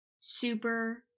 Super